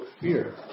fear